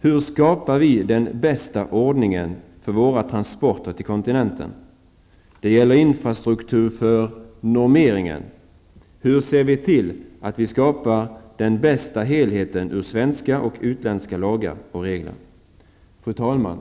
Hur skapar vi den bästa ordningen för våra transporter till kontinenten? Det gäller infrastruktur för normeringen. Hur ser vi till att vi skapar den bästa helheten ur svenska och utländska lagar och regler? Fru talman!